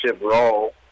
role